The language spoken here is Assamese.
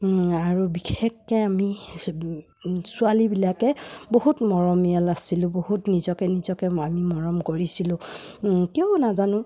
আৰু বিশেষকৈ আমি ছোৱালীবিলাকে বহুত মৰমিয়াল আছিলোঁ বহুত নিজকে নিজকে আমি মৰম কৰিছিলোঁ কিয় নাজানো